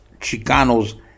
chicanos